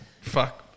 fuck